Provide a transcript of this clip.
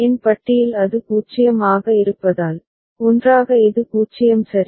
என் பட்டியில் அது 0 ஆக இருப்பதால் ஒன்றாக இது 0 சரி